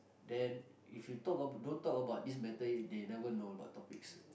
then if you talk ab~ don't talk about this matter they never know about topics